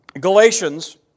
Galatians